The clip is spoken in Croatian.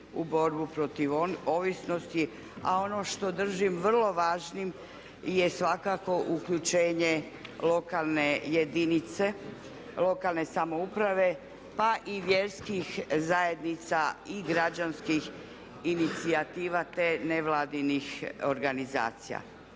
u borbu protiv ovisnosti, a ono što držim vrlo važnim je svakako uključenje lokalne jedinice, lokalne samouprave pa i vjerskih zajednica i građanskih inicijativa, te nevladinih organizacija.